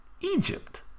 Egypt